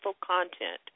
content